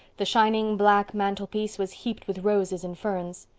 the shining black mantelpiece was heaped with roses and ferns.